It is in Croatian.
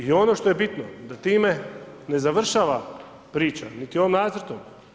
I ono što je bitno, da time ne završava priča, niti o nacrtu.